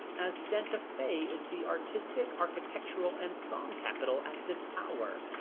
as santa fe is the artistic, architectural, and song capital at this hour.